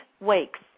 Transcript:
weeks